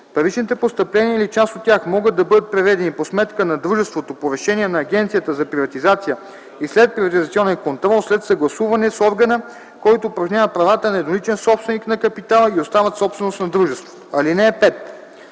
Паричните постъпления или част от тях могат да бъдат преведени по сметка на дружеството по решение на Агенцията за приватизация и следприватизационен контрол след съгласуване с органа, който упражнява правата на едноличен собственик на капитала, и остават собственост на дружеството.